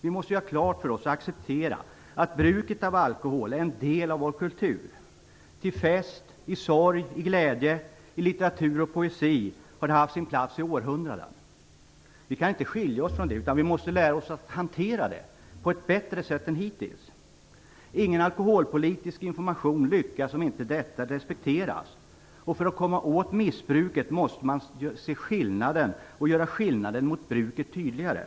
Vi måste göra klart för oss och acceptera att bruket av alkohol är en del av vår kultur. Till fest, i sorg, i glädje, i litteratur och i poesi har den haft sin plats i århundraden. Vi kan inte skilja oss från den, utan vi måste lära oss att hantera den på ett bättre sätt än hittills. Ingen alkoholpolitisk information lyckas om inte detta respekteras. För att komma åt missbruket måste man se och göra skillnaden mellan missbruket och bruket tydligare.